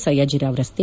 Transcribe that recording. ಸಯ್ನಾಜಿರಾವ್ ರಸ್ತೆ